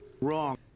Wrong